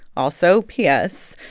also, p s,